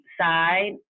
side